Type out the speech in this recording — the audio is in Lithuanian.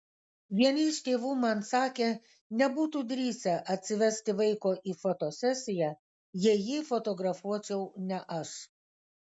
vieni iš tėvų man sakė nebūtų drįsę atsivesti vaiko į fotosesiją jei jį fotografuočiau ne aš